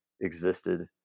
existed